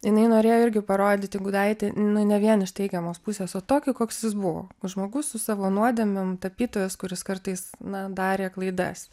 jinai norėjo irgi parodyti gudaitį nu ne vien iš teigiamos pusės o tokį koks jis buvo žmogus su savo nuodėmėm tapytojas kuris kartais na darė klaidas